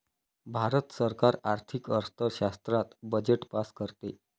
भारत सरकार आर्थिक अर्थशास्त्रात बजेट पास करते